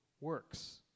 works